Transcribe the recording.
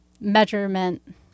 measurement